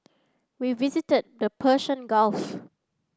we visited the Persian Gulf